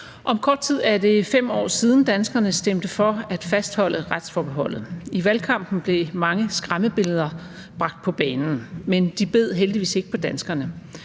Om kort tid er det 5 år siden, danskerne stemte for at fastholde retsforbeholdet. Op til afstemningen blev mange skræmmebilleder bragt på banen, men de bed heldigvis ikke på danskerne,